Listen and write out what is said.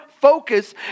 focus